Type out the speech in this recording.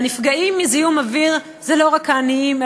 והנפגעים מזיהום אוויר הם לא רק העניים,